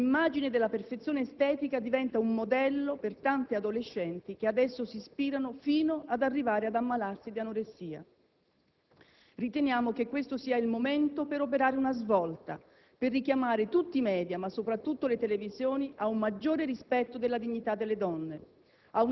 L'immagine della perfezione estetica diventa un modello per tante adolescenti che ad esso si ispirano fino ad arrivare ad ammalarsi di anoressia. Riteniamo che questo sia il momento per operare una svolta, per richiamare tutti i *media*, ma soprattutto le televisioni, a un maggiore rispetto della dignità delle donne,